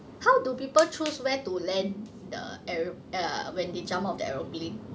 how do people choose where to land the aer~ err when they jumped out of the aeroplane